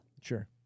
Sure